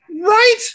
Right